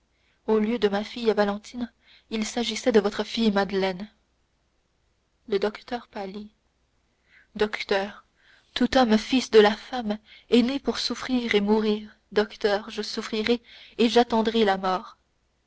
au lieu de ma fille valentine il s'agissait de votre fille madeleine le docteur pâlit docteur tout homme fils de la femme est né pour souffrir et mourir docteur je souffrirai et j'attendrai la mort